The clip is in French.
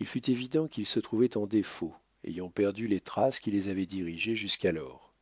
il fut évident qu'ils se trouvaient en défaut ayant perdu les traces qui les avaient dirigés jusqu'alors